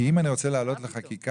כי אם אני רוצה לעלות לחקיקה